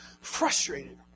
frustrated